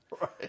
Right